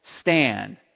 stand